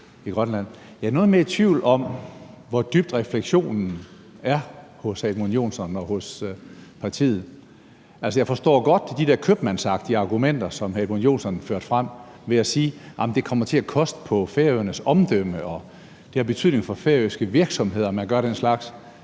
Jeg er noget mere i tvivl om, hvor dyb refleksionen er hos hr. Edmund Joensen og hos partiet. Jeg forstår godt de der købmandsagtige argumenter, som hr. Edmund Joensen har ført frem ved at sige, at det kommer til at koste på Færøernes omdømme, og at det har betydning for færøske virksomheder, at man gør den slags.